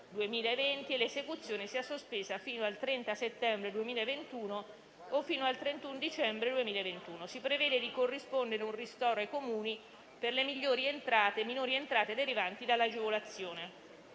2020 e l'esecuzione sia sospesa fino al 30 settembre 2021 o fino al 31 dicembre 2021. Si prevede di corrispondere un ristoro ai Comuni per le minori entrate derivanti dall'agevolazione.